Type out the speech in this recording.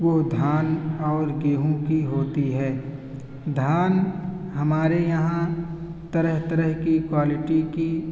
وہ دھان اور گیہوں کی ہوتی ہے دھان ہمارے یہاں طرح طرح کی کوائلٹی کی